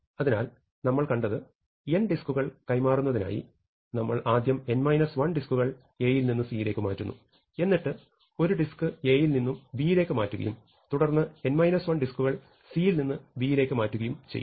അതിനാൽ നമ്മൾ കണ്ടത് n ഡിസ്കുകൾ കൈമാറുന്നതിനായി നമ്മൾ ആദ്യം n 1 ഡിസ്കുകൾ A യിൽ നിന്ന് C ലേക്ക് മാറ്റുന്നു എന്നിട്ട് ഒരു ഡിസ്ക് A ൽ നിന്ന് B ലേക്ക് മാറ്റുകയും തുടർന്ന് n 1 ഡിസ്കുകൾ C ൽ നിന്ന് B ലേക്ക് മാറ്റുകയും ചെയ്യുന്നു